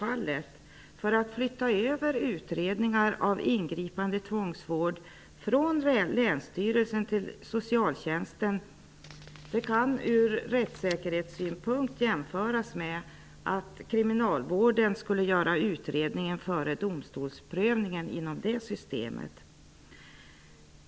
Att flytta över utredningar om ingripande tvångsvård från länsstyrelsen till socialtjänsten kan från rättssäkerhetssynpunkt jämföras med att kriminalvården skulle göra utredningar före domstolsprövningen inom det systemet.